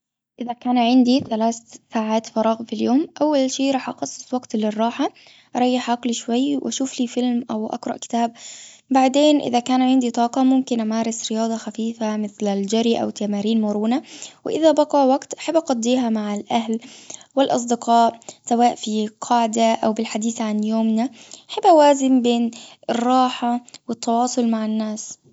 إذا كان عندي ثلاث ساعات فراغ في اليوم أول شيء راح أخصص وقت للراحة أريح عقلي شوي أشوفلي فيلم أو أقرأ كتاب بعدين إذا كان عندي طاقة ممكن أمارس رياضة خفيفة مثل الجري أو تمارين مرونة وإذا بقى وقت أحب أقضيها مع الأهل والأصدقاء سواء في قاعدة أو بالحديث عن يومنا أحب أوازن بين الراحة والتواصل مع الناس.